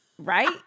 Right